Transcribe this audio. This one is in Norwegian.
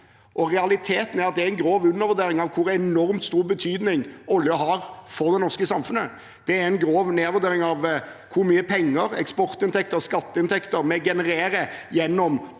Realiteten er at det er en grov undervurdering av hvor enormt stor betydning oljen har for det norske samfunnet. Det er en grov ned vurdering av hvor mye eksportinntekter og skatteinntekter vi genererer gjennom